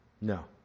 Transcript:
No